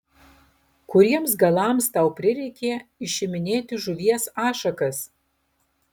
kuriems galams tau prireikė išiminėti žuvies ašakas